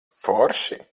forši